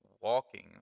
walking